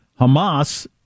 Hamas